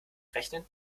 rechnen